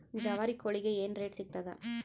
ಜವಾರಿ ಕೋಳಿಗಿ ಏನ್ ರೇಟ್ ಸಿಗ್ತದ?